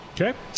Okay